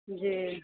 जी